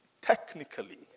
technically